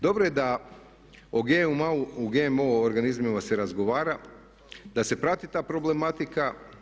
Dobro je da o GMO organizmima se razgovara, da se prati ta problematika.